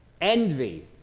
Envy